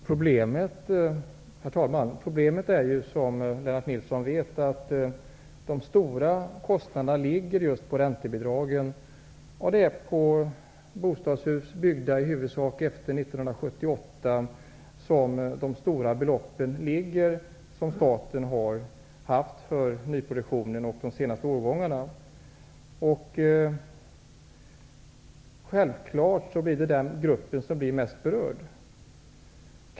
Herr talman! Problemet är ju, som Lennart Nilsson vet, att de stora kostnaderna ligger just på räntebidragen. Det är för bostadshus byggda i huvudsak efter 1978 som de stora beloppen ligger, som staten har haft för nyproduktionen under de senaste årgångarna. Självfallet är det den gruppen boende som blir mest berörd.